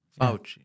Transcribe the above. Fauci